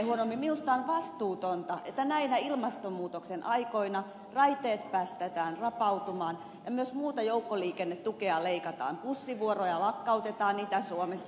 minusta on vastuutonta että näinä ilmastonmuutoksen aikoina raiteet päästetään rapautumaan ja myös muuta joukkoliikennetukea leikataan bussivuoroja lakkautetaan itä suomessa